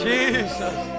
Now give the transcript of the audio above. Jesus